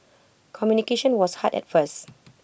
communication was hard at first